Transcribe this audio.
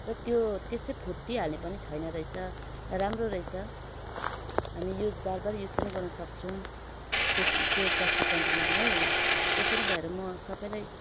र त्यो त्यसै फुटीहाल्ने पनि छैनरहेछ राम्रो रहेछ हामी युज बारबार युज पनि गर्न सक्छौँ त्यस त्यो प्लास्टिक कन्टेनरलाई त्यसैले भएर म सबैलाई